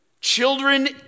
Children